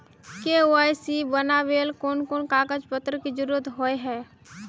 KYC बनावेल कोन कोन कागज पत्र की जरूरत होय है?